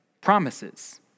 promises